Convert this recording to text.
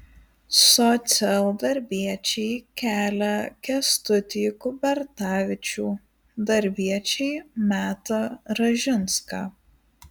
socialdarbiečiai kelia kęstutį kubertavičių darbiečiai metą ražinską